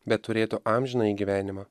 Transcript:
bet turėtų amžinąjį gyvenimą